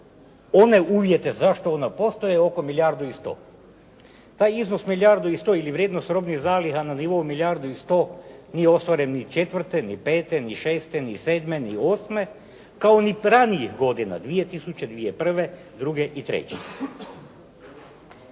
one uvjete zašto ona postoji oko milijardu i 100. Taj iznos milijardu i 100 ili vrijednost robnih zaliha na nivo milijardu i 100 nije ostvaren ni '04., ni '05., ni '06., ni '08. kao niti ranijih godina 2000., 2001.,